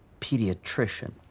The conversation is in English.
pediatrician